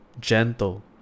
gentle